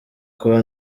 kuba